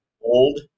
old